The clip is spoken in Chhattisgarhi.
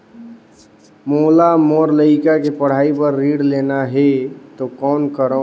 मोला मोर लइका के पढ़ाई बर ऋण लेना है तो कौन करव?